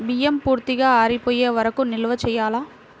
బియ్యం పూర్తిగా ఆరిపోయే వరకు నిల్వ చేయాలా?